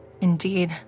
Indeed